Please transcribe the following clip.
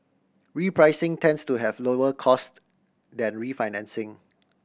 repricing tends to have lower cost than refinancing